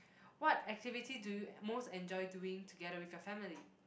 what activity do you most enjoy doing together with your family